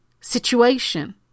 situation